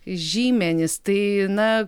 žymenys tai na